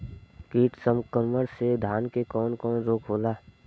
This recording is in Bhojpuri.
कीट संक्रमण से धान में कवन कवन रोग होला?